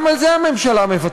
גם על זה הממשלה מוותרת.